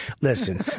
listen